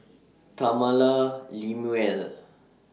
Tamala Lemuel and